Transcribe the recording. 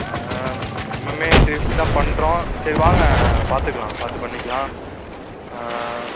மினிமமே three fifty தான் பண்ணுறோம் சரி வாங்க பார்த்துக்கலாம் பார்த்து பண்ணிக்கலாம்